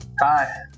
Hi